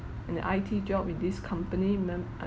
and the I_T job with this company remem~ I